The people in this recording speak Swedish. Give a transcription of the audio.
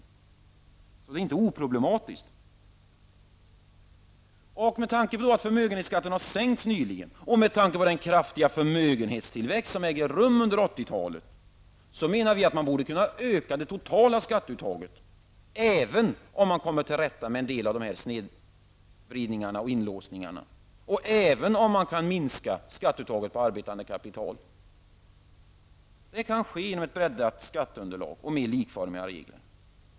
Beskattningen är inte oproblematisk. Med tanke på att förmögenhetsskatten nyligen har sänkts och den kraftiga förmögenhetstillväxt som ägt rum under 80-talet, menar vi att man borde kunde öka det totala skatteuttaget även om man kommer till rätta med en del av dessa snedvridningar och inlåsningar och kan minska skatteuttaget på arbetande kapital. De kan ske genom ett breddat skatteunderlag och med likformiga regler.